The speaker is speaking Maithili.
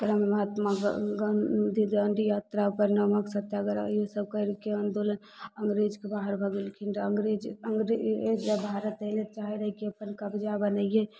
एकरामे महात्मा गाँधी डांडी यात्रा पर नमक सत्याग्रह ईसब करिके आंदोलन अङ्ग्रेजके बाहर भगेलखिन रऽ अङ्ग्रेज अङ्ग्रेज जब भारत एलै चाहए रहए कि अपन कब्जा बनैऐ